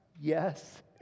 Yes